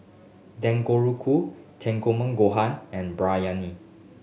Gohan and Biryani